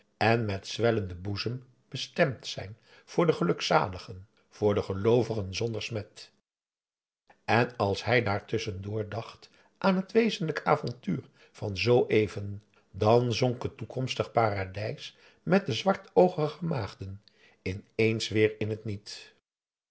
en met zwellenden boezem bestemd zijn voor de gelukzaligen voor de geloovigen zonder smet en als hij daartusschen door dacht aan het wezenlijk avontuur van zooeven dan zonk het toekomst paradijs met de zwartoogige maagden ineens weer in het niet